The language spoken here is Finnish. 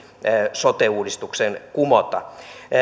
sote uudistuksen kumota